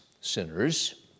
sinners